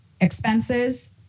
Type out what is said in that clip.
expenses